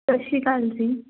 ਸਤਿ ਸ਼੍ਰੀ ਅਕਾਲ ਜੀ